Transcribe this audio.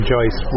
Joyce